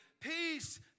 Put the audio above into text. Peace